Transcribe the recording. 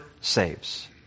saves